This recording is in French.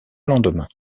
lendemain